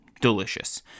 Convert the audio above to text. delicious